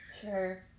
Sure